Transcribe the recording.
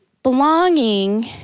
Belonging